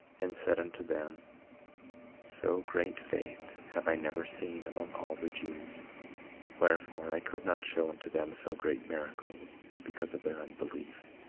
and said unto them so great faith have i never seen among all the jews wherefore i could not show unto them so great miracles, because of their unbelief.